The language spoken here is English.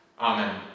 Amen